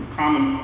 common